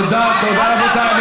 תודה, תודה, רבותיי.